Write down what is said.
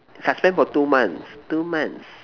suspend for two months two months